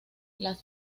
las